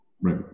Right